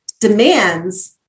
demands